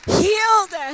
healed